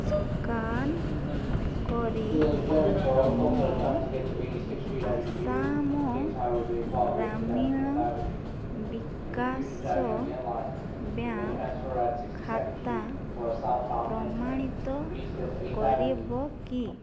scan କରି ମୋ Assam Gramin Vikash bank ଖାତା ପ୍ରମାଣିତ କରିବ କି